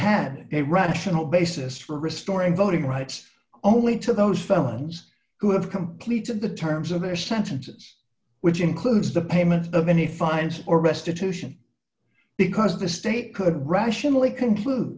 had a rational basis for restoring voting rights only to those felons who have completed the terms of their sentences which includes the payment of any fines or restitution because the state could rationally conclude